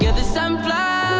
yeah the sunflower.